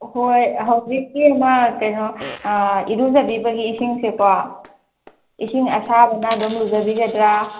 ꯍꯣꯏ ꯍꯧꯖꯤꯛꯀꯤ ꯑꯃ ꯀꯩꯅꯣ ꯏꯔꯨꯖꯕꯤꯕꯒꯤ ꯏꯁꯤꯡꯁꯦꯀꯣ ꯏꯁꯤꯡ ꯑꯁꯥꯕꯅ ꯑꯗꯨꯝ ꯂꯨꯖꯕꯤꯒꯗ꯭ꯔꯥ